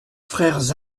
frères